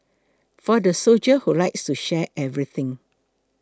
for the soldier who likes to share everything